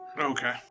Okay